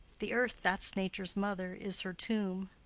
the earth that's nature's mother is her tomb.